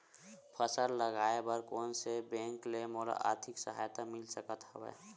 फसल लगाये बर कोन से बैंक ले मोला आर्थिक सहायता मिल सकत हवय?